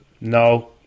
No